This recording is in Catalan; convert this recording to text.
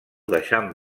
deixant